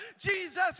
Jesus